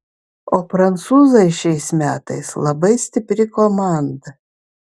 o prancūzai šiais metais labai stipri komanda